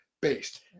based